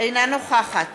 אינה נוכחת